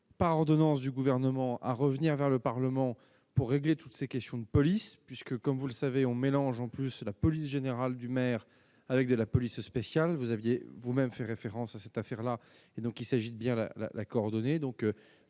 par ordonnance du gouvernement à revenir vers le Parlement pour régler toutes ces questions de police puisque comme vous le savez, on mélange en plus la police générale du maire avec de la police spéciale vous aviez vous-même fait référence à cette affaire-là, et donc il s'agit bien là l'accord donné